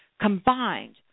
combined